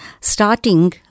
starting